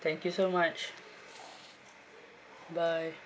thank you so much bye